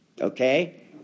okay